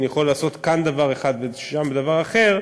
יכול לעשות כאן דבר אחד ושם דבר אחר,